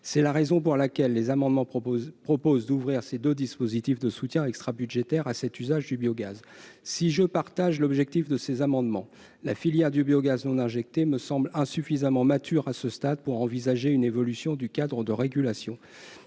C'est la raison pour laquelle les trois amendements identiques visent à ouvrir les deux mesures de soutien extrabudgétaires à un tel usage du biogaz. Si je partage l'objectif des auteurs des amendements, la filière du biogaz non injecté me semble insuffisamment mature à ce stade pour envisager une évolution du cadre de régulation.